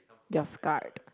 you're scarred